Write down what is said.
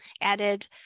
added